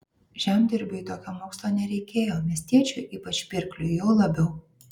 žemdirbiui tokio mokslo nereikėjo miestiečiui ypač pirkliui jau labiau